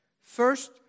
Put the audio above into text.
First